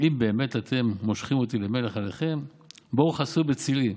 אם באמת אתם מושחים אֹתִי למלך עליכם בֹּאוּ חסו בצלי,